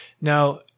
Now